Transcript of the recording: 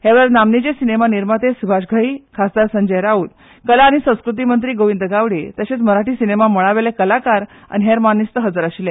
हे वेळार नामनेचे सिनेमा निर्माते स्भाष घई खासदार संजय राऊत कला आनी संस्कृती मंत्री गोविंद गावडे तशेच मराठी सिनेमा मळावेले कलाकार आनी हेर मानेस्त हाजीर आशिल्ले